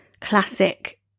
classic